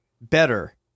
better